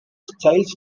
chiles